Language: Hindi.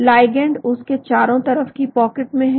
लाइगैंड उसके चारों तरफ की पॉकेट में हैं